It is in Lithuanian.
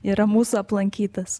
yra mūsų aplankytas